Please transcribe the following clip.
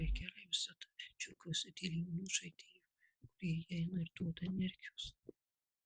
labai gerai visada džiaugiuosi dėl jaunų žaidėjų kurie įeina ir duoda energijos